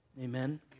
Amen